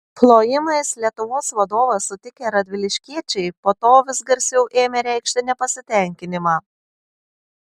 plojimais lietuvos vadovą sutikę radviliškiečiai po to vis garsiau ėmė reikšti nepasitenkinimą